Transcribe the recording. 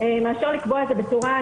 מאשר לקבוע את זה בצורה גורפת.